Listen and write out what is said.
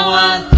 one